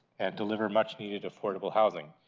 and delivering much needed affordable housing.